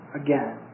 again